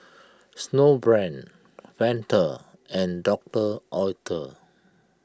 Snowbrand Fanta and Doctor Oetker